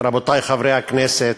רבותי חברי הכנסת,